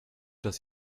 das